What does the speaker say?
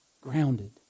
grounded